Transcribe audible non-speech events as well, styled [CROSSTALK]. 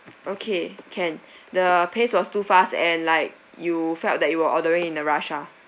okay can [BREATH] the pace was too fast and like you felt that you were ordering in a rush ah